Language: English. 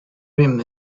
rim